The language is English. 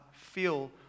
feel